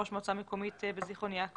ראש מועצה מקומית בזכרון יעקב